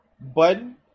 button